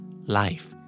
life